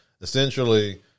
essentially